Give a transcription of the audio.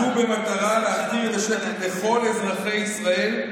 במטרה להחזיר את השקט לכל אזרחי ישראל,